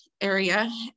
area